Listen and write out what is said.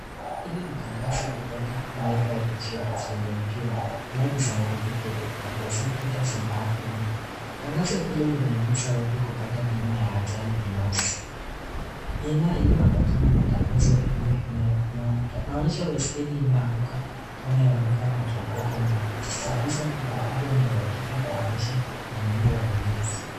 Hili ni tangazo kutoka Mayfair Insurance Limited, lenye ujumbe life is unpredictable, but your safety doesn't have to be . Tangazo hili linahimiza watu kupata bima ya ajali binafsi. Inayo ambatana na tangazo hilo. Inaonyesha baiskeli iliyo anguka. Kijana anaonekana akihangaika na ikisisitiza kutokua na uhakika na umuhimu wa ulinzi.